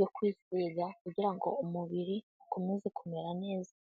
yo kwisiga kugira ngo umubiri ukomeze kumera neza.